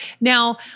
Now